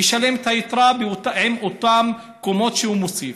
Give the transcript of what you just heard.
הוא ישלם את היתרה על אותן קומות שהוא מוסיף.